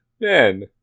Man